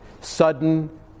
sudden